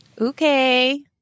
Okay